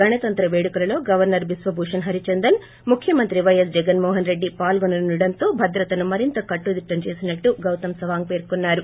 గణతంత్ర పేడుకలలో గవర్నర్ బిక్వభూషణ్ హరిచందన్ ముఖ్యమంత్రి వైఎస్ జగన్మోహన్రెడ్డి పాల్గొననుండడంతో భద్రతను మరింత కట్టుదిట్లం చేసినట్లు గౌతమ్ సవాంగ్ పేర్కొన్నారు